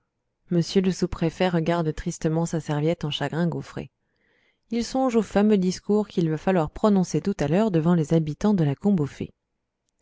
m le sous-préfet regarde tristement sa serviette en chagrin gaufré il songe au fameux discours qu'il va falloir prononcer tout à l'heure devant les habitants de la